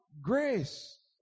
Grace